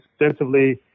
extensively